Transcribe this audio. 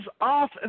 off